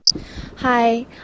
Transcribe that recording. Hi